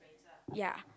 ya